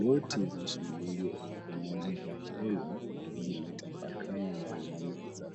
Noti za shilingi elfu moja za Kenya zimetapakaa juu ya meza.